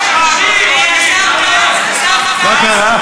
מה קרה?